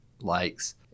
likes